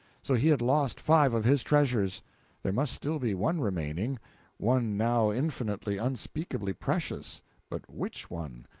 so he had lost five of his treasures there must still be one remaining one now infinitely, unspeakably precious but which one?